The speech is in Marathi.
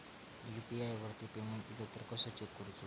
यू.पी.आय वरती पेमेंट इलो तो कसो चेक करुचो?